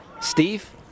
Steve